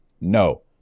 No